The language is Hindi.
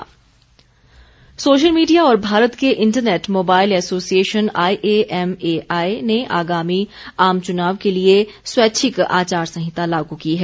सोशल मीडिया सोशल मीडिया और भारत के इंटरनेट मोबाइल एसोसिएशन आईएएमएआई ने आगामी आम चुनाव के लिए स्वैच्छिक आचार संहिता लागू की है